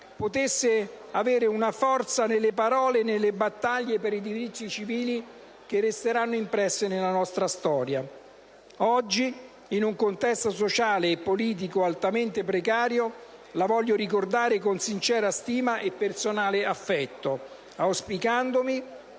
potesse avere quella forza nelle parole e nelle battaglie per i diritti civili che resteranno impresse nella nostra storia. Oggi, in un contesto sociale e politico altamente precario, la voglio ricordare con sincera stima e personale affetto, auspicando